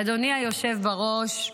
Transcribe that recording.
אדוני היושב בראש,